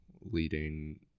leading